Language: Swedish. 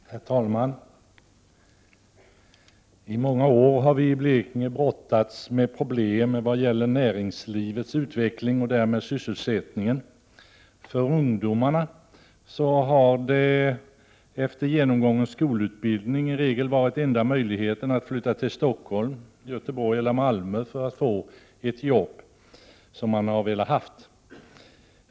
Herr talman! I många år har vi i Blekinge brottats med problem vad gäller näringslivets utveckling och därmed sysselsättningen. För ungdomarna har i regel enda möjligheten efter genomgången skolutbildning varit att flytta till Stockholm, Göteborg eller Malmö för att få ett jobb som man har velat ha.